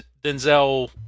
Denzel